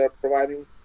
providing